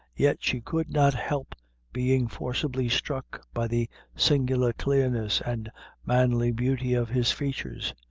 yet she could not help being forcibly struck by the singular clearness and manly beauty of his features.